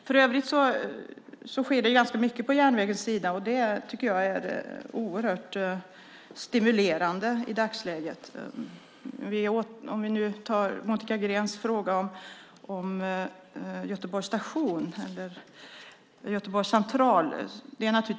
För övrigt sker det ganska mycket på järnvägens sida, och jag tycker att det är oerhört stimulerande i dagsläget. Jag kan ta Monica Greens fråga om Göteborgs central.